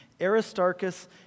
Aristarchus